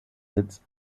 sitz